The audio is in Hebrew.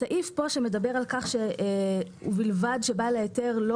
הסעיף שמדבר על כך שבלבד ובעל ההיתר לא